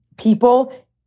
People